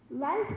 life